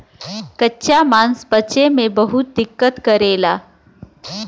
कच्चा मांस पचे में बहुत दिक्कत करेला